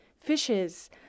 fishes